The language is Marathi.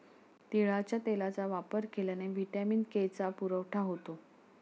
तिळाच्या तेलाचा वापर केल्याने व्हिटॅमिन के चा पुरवठा होतो